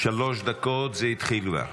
שלוש דקות, זה התחיל כבר.